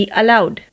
allowed